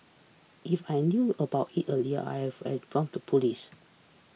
if I knew about it earlier I have informed the police